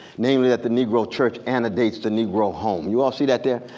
namely that the negro church antedates the negro home. you all see that there?